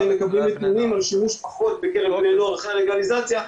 מקבלים נתונים על שימוש פחות בקרב בני נוער אחרי לגליזציה,